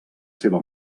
seva